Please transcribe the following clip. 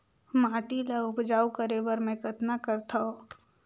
माटी ल उपजाऊ करे बर मै कतना करथव?